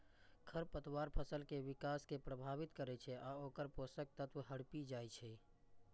खरपतवार फसल के विकास कें प्रभावित करै छै आ ओकर पोषक तत्व हड़पि जाइ छै